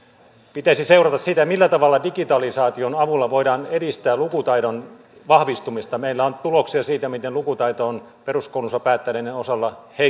pitäisi seurata sitä millä tavalla digitalisaation avulla voidaan edistää lukutaidon vahvistumista meillä on tuloksia siitä miten lukutaito on peruskoulunsa päättäneiden osalla